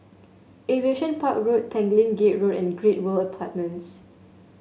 Aviation Park Road Tanglin Gate Road and Great World Apartments